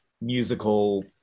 musical